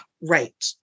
right